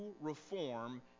reform